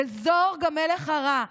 לזורגה מלך הרע.